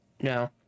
No